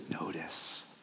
notice